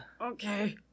Okay